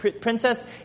princess